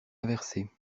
inversée